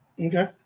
okay